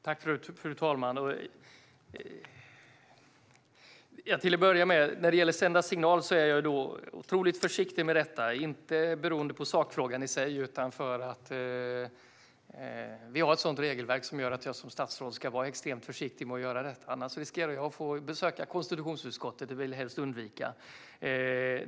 Fru talman! Till att börja med är jag otroligt försiktig när det gäller att sända signaler, inte beroende på sakfrågan i sig utan för att vi har ett regelverk som innebär att jag som statsråd ska vara extremt försiktig med att göra detta, annars riskerar jag att få besöka konstitutionsutskottet, och det vill jag helst undvika.